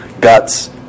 guts